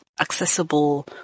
accessible